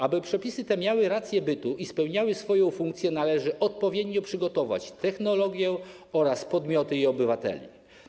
Aby przepisy te miały rację bytu i spełniały swoją funkcję, należy odpowiednio przygotować technologię oraz podmioty i obywateli.